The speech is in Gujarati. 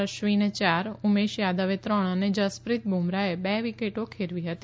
અશ્વીને ચાર ઉમેશ યાદવે ત્રણ અને જસપ્રીત બુમરાહે બે વિકેટો ખેરવી હતી